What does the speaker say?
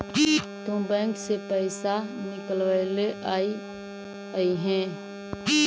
तु बैंक से पइसा निकलबएले अइअहिं